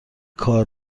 کار